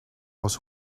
was